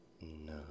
No